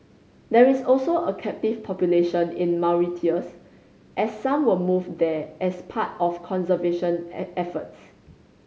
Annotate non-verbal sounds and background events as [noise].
there is also a captive population in Mauritius as some were moved there as part of conservation [unintelligible] efforts